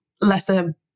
lesser